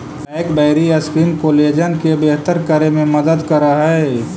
blackberry skin collagen के बेहतर करे में मदद करऽ हई